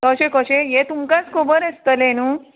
अशें कशें हें तुमकांच खबर आसतलें न्हू